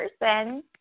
person